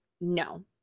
No